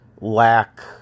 lack